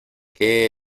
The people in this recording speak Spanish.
qué